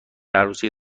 عروسی